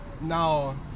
Now